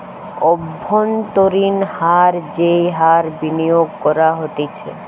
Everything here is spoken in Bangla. অব্ভন্তরীন হার যেই হার বিনিয়োগ করা হতিছে